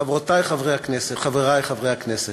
חברותי וחברי חברי הכנסת,